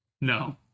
No